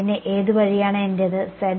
പിന്നെ ഏത് വഴിയാണ് എന്റേത്